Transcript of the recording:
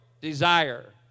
desire